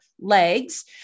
legs